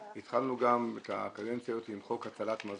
התחלנו גם את הקדנציה הזאת עם חוק הצלת מזון.